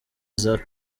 isaac